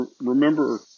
Remember